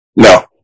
No